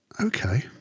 okay